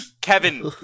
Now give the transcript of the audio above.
Kevin